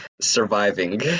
surviving